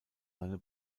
seine